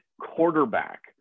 quarterback